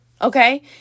okay